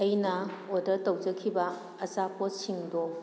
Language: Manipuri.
ꯑꯩꯅ ꯑꯣꯗꯔ ꯇꯧꯖꯈꯤꯕ ꯑꯆꯥꯄꯣꯠꯁꯤꯡꯗꯣ